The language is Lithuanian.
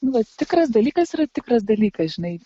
nu va tikras dalykas yra tikras dalykas žinai